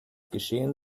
geschehen